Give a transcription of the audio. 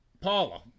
Paula